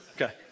Okay